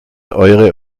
eure